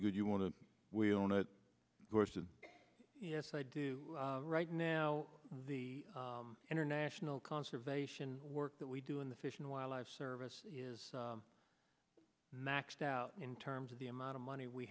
you could you want to we own it course and yes i do right now the international conservation work that we do in the fish and wildlife service is maxed out in terms of the amount of money we